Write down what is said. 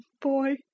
boy